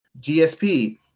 GSP